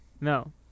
No